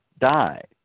died